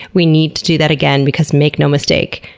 we need to do that again, because make no mistake,